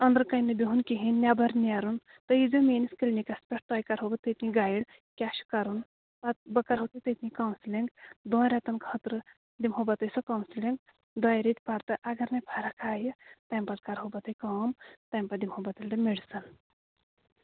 أنٛدرٕ کَنہٕ نہٕ بِہُن کِہیٖنۍ نیٚبر نیرُن تُہۍ ییٖزیٚو میٛٲنِس کِلنِکَس پٮ۪ٹھ تۄہہِ کَرہو بہٕ تٔتی گایِڈ کیٛاہ چھُ کَرُن پتہٕ بہٕ کَرہو تۄہہِ تٔتی کانوسیٚلِنٛگ دۄن رٮ۪تن خٲطرٕ دِمہو بہٕ تۄہہِ سۄ کانوسیٚلِنٛگ دۄیہِ ریٚتۍ پَتہٕ اگر نےَ فرق آیہِ تَمہِ پَتہٕ کَرہو بہٕ تۄہہِ کٲم تَمہِ پَتہٕ دِمہو بہٕ تیٚلہِ میڈِسَن